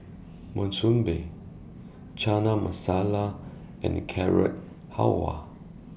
Monsunabe Chana Masala and Carrot Halwa